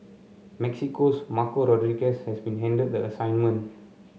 Mexico's Marco Rodriguez has been handed the assignment